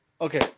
Okay